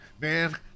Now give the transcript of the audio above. man